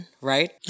right